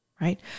right